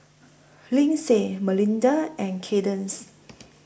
Lindsey Melinda and Cadence